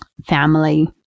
family